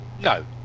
no